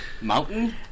mountain